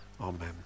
Amen